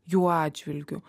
jų atžvilgiu